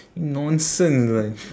nonsense lah you